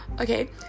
Okay